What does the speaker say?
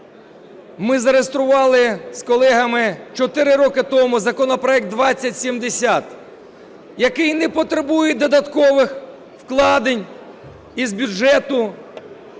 Ми зареєстрували з колегами 4 роки тому законопроект 2070, який не потребує додаткових вкладень із бюджету